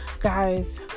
guys